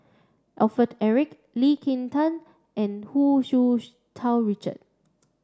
Alfred Eric Lee Kin Tat and Hu Tsu Tau Richard